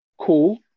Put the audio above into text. cool